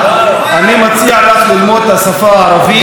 אני מציע לך ללמוד את השפה הערבית,